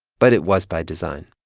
but it was by design